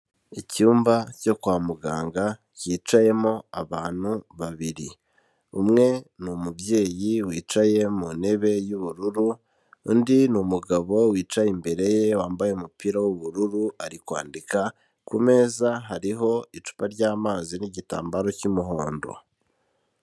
Icyumba cyo kwa muganga cyicayemo abantu babiri, umwe ni umubyeyi wicaye mu ntebe y'ubururu undi ni umugabo wicaye imbere ye wambaye umupira w'ubururu ari kwandika, kumeza hariho icupa ry'amazi n'igitambaro cy'umuhondo.